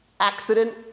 Accident